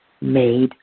made